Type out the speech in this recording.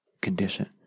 condition